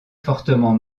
fortement